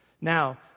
Now